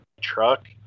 truck